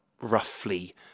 roughly